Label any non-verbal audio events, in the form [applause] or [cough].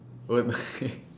what [laughs]